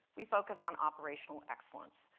we focus on operational excellence.